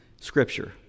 Scripture